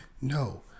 No